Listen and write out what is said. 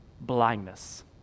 blindness